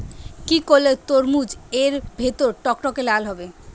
কি করলে তরমুজ এর ভেতর টকটকে লাল হবে?